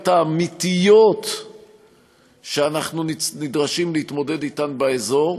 האמיתיות שאנחנו נדרשים להתמודד אתן באזור,